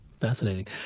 Fascinating